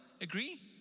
Agree